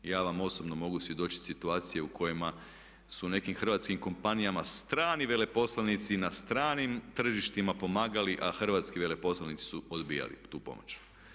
Ja vam osobno mogu svjedočiti situacije u kojima su nekim hrvatskim kompanijama strani veleposlanici na stranim tržištima pomagali a hrvatski veleposlanici su odbijali tu pomoć.